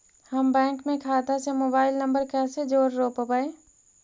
हम बैंक में खाता से मोबाईल नंबर कैसे जोड़ रोपबै?